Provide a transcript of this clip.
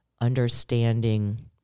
understanding